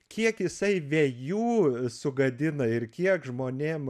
kiek jisai vejų sugadina ir kiek žmonėm